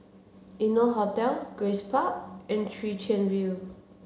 Innotel Hotel Grace Park and Chwee Chian View